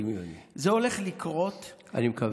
זה הולך לקרות -- אני מקווה שלא.